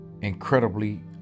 Incredibly